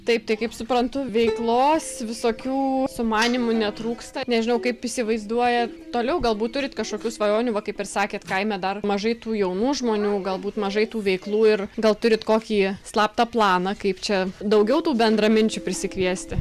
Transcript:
taip tai kaip suprantu veiklos visokių sumanymų netrūksta nežinau kaip įsivaizduojat toliau galbūt turit kažkokių svajonių va kaip ir sakėt kaime dar mažai tų jaunų žmonių galbūt mažai tų veiklų ir gal turit kokį slaptą planą kaip čia daugiau tų bendraminčių prisikviesti